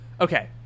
okay